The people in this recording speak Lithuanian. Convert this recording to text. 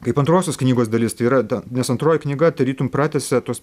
kaip antrosios knygos dalis tai yra ta nes antroji knyga tarytum pratęsia tos